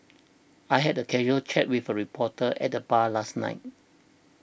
I had a casual chat with a reporter at the bar last night